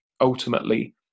ultimately